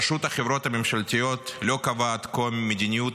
רשות החברות הממשלתיות לא קבעה עד כה מדיניות